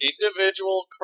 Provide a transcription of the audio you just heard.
individual